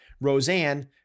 Roseanne